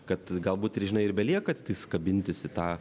kad galbūt ir žinai ir belieka tik tais kabintis į tą